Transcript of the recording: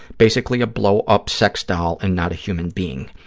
basically a blow-up sex doll and not a human being.